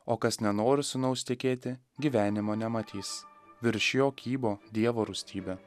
o kas nenori sūnaus tikėti gyvenimo nematys virš jo kybo dievo rūstybė